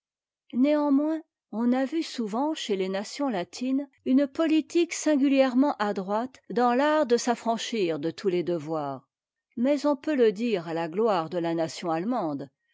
néanmoins on a vu souvent chez les nations latines une politique singulièrement adroite dans l'art de s'affranchir de tous les devoirs mais on peut le dire à la gloire de la nation allemande